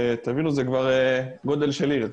תבינו, זה כבר גודל של עיר.